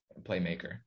playmaker